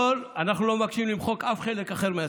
לא, אנחנו לא מבקשים למחוק שום חלק אחר מהסיפור,